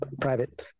private